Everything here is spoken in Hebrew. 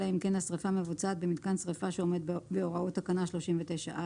אלא אם כן השריפה מבוצעת במיתקן שריפה שעומד בהוראות תקנה 39(א).